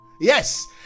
yes